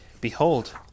Behold